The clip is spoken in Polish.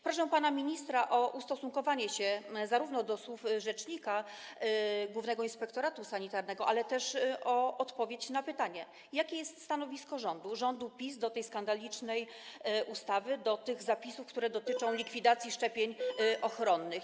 Proszę pana ministra o ustosunkowanie się zarówno do słów rzecznika Głównego Inspektoratu Sanitarnego, jak i o odpowiedź na pytanie, jakie jest stanowisko rządu, rządu PiS, wobec tej skandalicznej ustawy, wobec tych zapisów, które dotyczą likwidacji szczepień ochronnych.